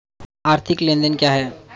आर्थिक लेनदेन क्या है?